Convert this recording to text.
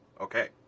okay